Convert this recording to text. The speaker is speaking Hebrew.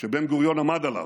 שבן-גוריון עמד עליו,